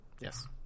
Yes